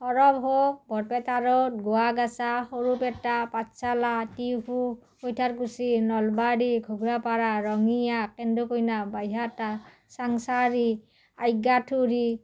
Sorbhog Barpeta road Gowagacha Sarupeta Pathsala Tihu Kaithalkuchi Nalbari Ghograpara Rangia Kendukona Baihata Changsari Agyathuri